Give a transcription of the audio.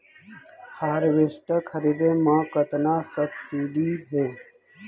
Harvester खरीदे म कतना सब्सिडी हे?